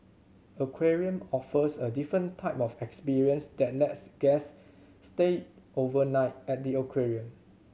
aquarium offers a different type of experience that lets guests stay overnight at the aquarium